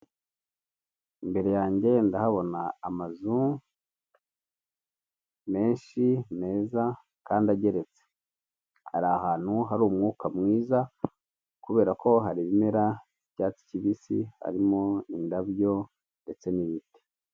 Imbere yange ndahabona amazu menshi meza kandi ageretse, hari ahantu hari umwuka mwiza kubera ko hari ibimera by'icyatsi kibisi, harimo indabyo ndetse n'ibiti.